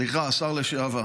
סליחה, השר לשעבר,